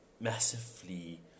massively